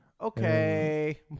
Okay